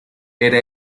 era